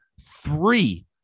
three